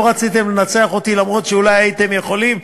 לא רציתם לנצח אותי גם אם אולי הייתם יכולים,